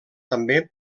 també